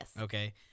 Okay